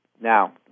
Now